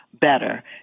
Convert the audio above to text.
better